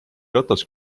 ratas